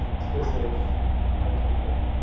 stay safe and take care.